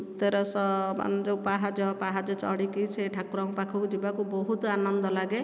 ତେରଶହ ବାଉନ ଯେଉଁ ପାହାଚ ପାହାଚ ଚଢ଼ିକି ସେ ଠାକୁରଙ୍କ ପାଖକୁ ଯିବାକୁ ବହୁତ ଆନନ୍ଦ ଲାଗେ